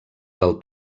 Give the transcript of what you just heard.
del